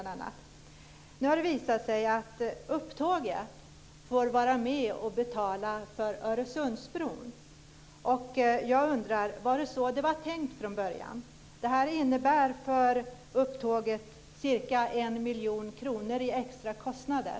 Det har nu visat sig att Upptåget får vara med och betala för Öresundsbron. Jag undrar: Var det så det var tänkt från början? Det här innebär för Upptåget ca 1 miljon kronor i extra kostnader.